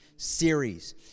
series